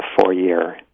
four-year